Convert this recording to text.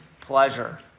pleasure